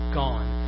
gone